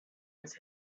his